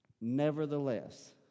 Nevertheless